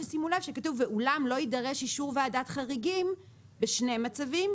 שימו לב שכתוב 'ואולם לא יידרש אישור ועדת חריגים' בשני מצבים,